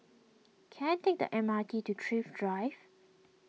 can I take the M R T to Thrift Drive